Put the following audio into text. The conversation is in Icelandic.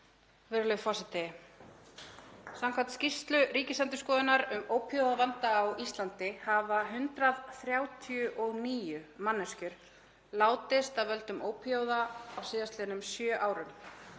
Virðulegur forseti. Samkvæmt skýrslu Ríkisendurskoðunar um ópíóíðavanda á Íslandi hafa 139 manneskjur látist af völdum ópíóíða á síðastliðnum sjö árum.